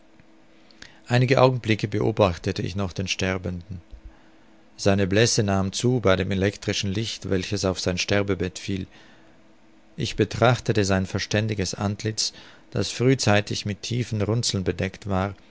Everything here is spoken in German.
einige augenblicke beobachtete ich noch den sterbenden seine blässe nahm zu bei dem elektrischen licht welches auf sein sterbebett fiel ich betrachtete sein verständiges antlitz das frühzeitig mit tiefen runzeln bedeckt war